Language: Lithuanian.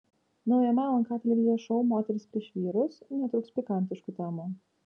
naujame lnk televizijos šou moterys prieš vyrus netrūks pikantiškų temų